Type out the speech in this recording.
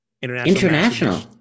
International